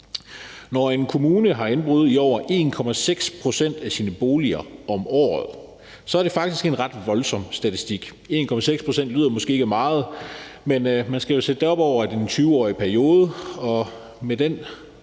Når en kommune har indbrud i over 1,6 pct. af sine boliger om året, er det faktisk en ret voldsom statistik. 1,6 pct. lyder måske ikke af meget, men man skal jo sætte det op over en 20-årig periode, og med den